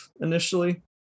initially